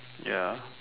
ya